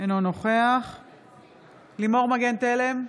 אינו נוכח לימור מגן תלם,